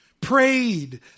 prayed